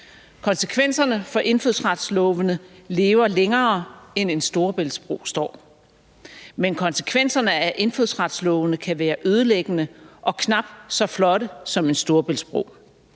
Konsekvenserne af indfødsretslovene lever længere end en Storebæltsbro står, men konsekvenserne af indfødsretslovene kan være ødelæggende og knap så flotte som en Storebæltsbro: